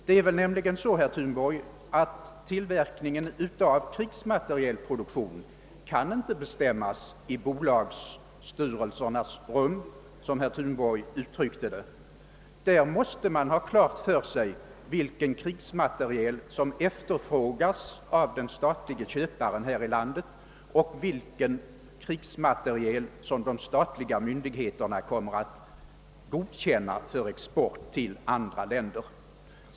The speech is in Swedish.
Det är så, att tillverkningen av krigsmateriel inte kan bestämmas — som herr Thunborg uttryckte det — i bolagens styrelserum. Där måste man ha klart för sig vilken krigsmateriel som efterfrågas av den statliga köparen i vårt land och vilken krigsmateriel som kommer att godkännas för export till andra länder.